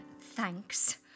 Thanks